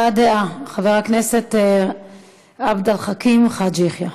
הבעת דעה, חבר הכנסת עבד אל חכים חאג' יחיא.